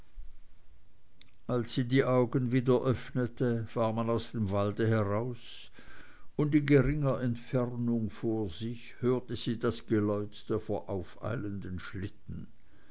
als sie die augen wieder öffnete war man aus dem wald heraus und in geringer entfernung vor sich hörte sie das geläut der vorauseilenden schlitten